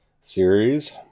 series